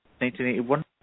1981